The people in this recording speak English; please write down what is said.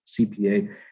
CPA